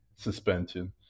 suspension